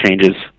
changes